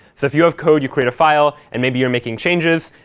so if you have code, you create a file, and maybe you're making changes,